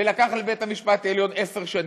לקח לבית-המשפט העליון עשר שנים,